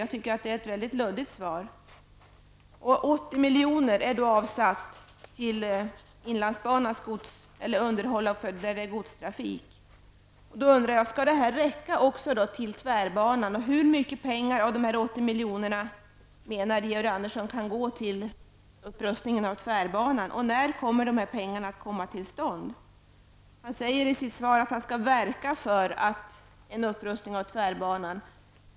Jag tycker att det är ett luddigt svar. 80 miljoner är avsatta för underhåll av de delar av inlandsbanan där det körs godstrafik. Jag undrar om de pengarna skall räcka också till tvärbanan. Hur stor del av dessa 80 miljoner menar Georg Andersson kan gå till upprustningen av tvärbanan? När kommer dessa pengar? Georg Andersson säger i sitt svar att han skall ''verka för'' en upprustning av tvärbanan.